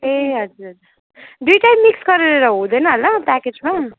ए हजुर हजुर दुईवटै मिक्स गरेर हुँदैन होला प्याकेजमा